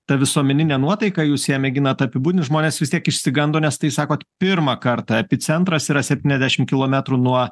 ta visuomeninė nuotaika jūs ją mėginant apibūdint žmonės vis tiek išsigando nes tai sakot pirmą kartą epicentras yra septyniasdešim kilometrų nuo